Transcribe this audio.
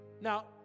Now